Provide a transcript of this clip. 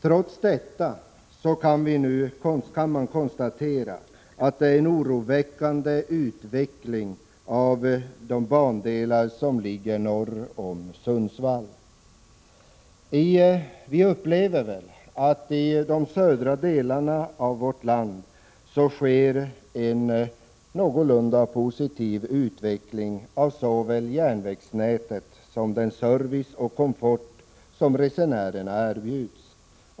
Trots detta kan man konstatera att utvecklingen är oroväckande när det — Prot. 1986/87:113 gäller de bandelar som ligger norr om Sundsvall. 29 april 1987 Vi upplever att det i de södra delarna av vårt land sker en någorlunda positiv utveckling såväl beträffande järnvägsnätet som beträffande den service och den komfort som resenärerna erbjuds.